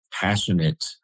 passionate